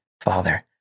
father